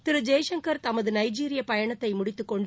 திரு ஜெய்சங்கள் தமது நைஜீரிய பயணத்தை முடித்துக் கொண்டு